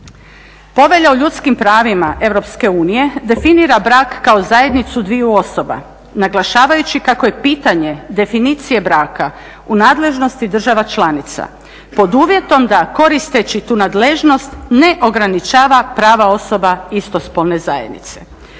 Povelja o ljudskim pravima EU definira brak kao zajednicu dviju osoba naglašavajući kako je pitanje definicija braka u nadležnosti država članica pod uvjetom da koristeći tu nadležnost ne ograničava prava osoba istospolne zajednice.